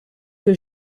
que